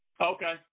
okay